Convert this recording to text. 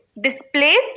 displaced